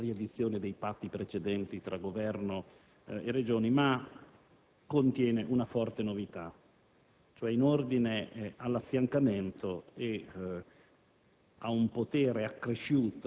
che prevede non una riedizione dei patti precedenti tra Governo e Regioni, ma contiene una forte novità in ordine all'affiancamento e